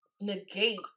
negate